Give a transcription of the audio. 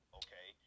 okay